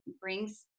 brings